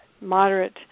moderate